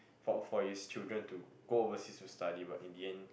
for for his children to go overseas to study but in the end